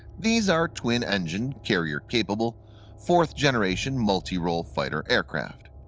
these are twin-engine carrier-capable fourth generation multirole fighter aircraft.